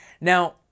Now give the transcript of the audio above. Now